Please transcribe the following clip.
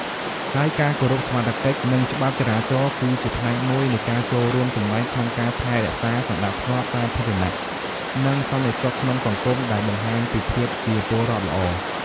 ហើយការគោរពសមត្ថកិច្ច និងច្បាប់ចរាចរណ៍ គឺជាផ្នែកមួយនៃការចូលរួមចំណែកក្នុងការថែរក្សាសណ្តាប់ធ្នាប់សាធារណៈ និងសន្តិសុខក្នុងសង្គម ដែលបង្ហាញពីភាពជាពលរដ្ឋល្អ។